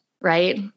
right